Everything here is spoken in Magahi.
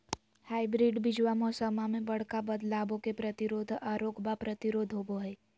हाइब्रिड बीजावा मौसम्मा मे बडका बदलाबो के प्रतिरोधी आ रोगबो प्रतिरोधी होबो हई